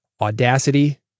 Audacity